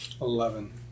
Eleven